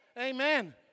Amen